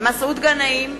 מסעוד גנאים,